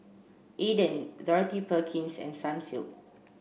Aden Dorothy Perkins and Sunsilk